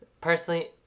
Personally